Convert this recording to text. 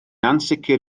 ansicr